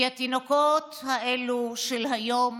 כי התינוקות האלו של היום